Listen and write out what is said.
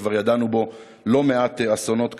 שכבר ידענו בו לא-מעט אסונות,